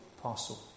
parcel